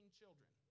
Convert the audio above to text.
children